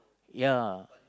ya